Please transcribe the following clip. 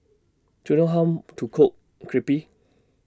Do YOU know How to Cook Crepe